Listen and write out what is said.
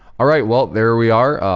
all right, well, there we are.